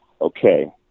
Okay